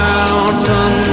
Mountain